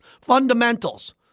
fundamentals